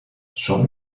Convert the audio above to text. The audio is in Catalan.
som